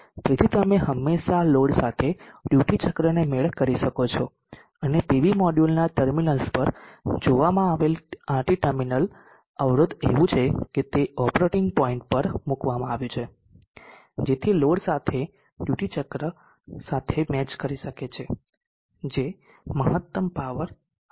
તેથી તમે હંમેશાં લોડ સાથે ડ્યુટી ચક્રને મેળ કરી શકો છો અને PV મોડ્યુલના ટર્મિનલ્સ પર જોવામાં આવેલ RT ટર્મિનલ અવરોધ એવું છે કે તે ઓપરેટીંગ પોઇન્ટ પર મૂકવામાં આવ્યું છે જેથી લોડ સાથે ડ્યુટી ચક્ર સાથે મેચ કરી શકે જે મહત્તમ પાવર આપશે